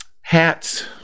hats